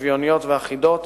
שוויוניות ואחידות